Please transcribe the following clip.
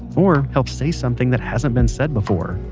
or help say something that hasn't been said before,